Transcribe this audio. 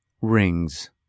rings